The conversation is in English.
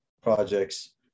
projects